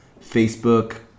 Facebook